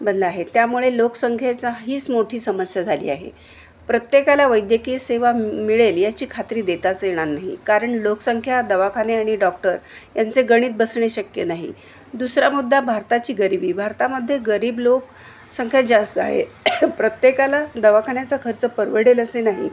बनला आहे त्यामुळे लोकसंख्येचा हीच मोठी समस्या झाली आहे प्रत्येकाला वैद्यकीय सेवा मिळेल याची खात्री देताच येणार नाही कारण लोकसंख्या दवाखाने आणि डॉक्टर यांचे गणित बसणे शक्य नाही दुसरा मुद्दा भारताची गरिबी भारतामध्ये गरीब लोक संख्या जास्त आहे प्रत्येकाला दवाखान्याचा खर्च परवडेल असे नाही